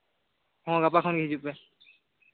ᱦᱚᱸ ᱜᱟᱯᱟ ᱠᱷᱚᱱᱜᱮ ᱦᱤᱡᱩᱜ ᱯᱮ